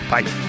Bye